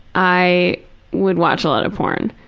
i would watch a lot of porn.